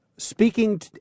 speaking